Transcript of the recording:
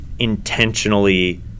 intentionally